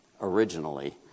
originally